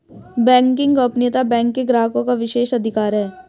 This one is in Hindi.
बैंकिंग गोपनीयता बैंक के ग्राहकों का विशेषाधिकार है